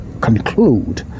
conclude